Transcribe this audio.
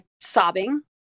sobbing